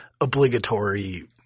obligatory –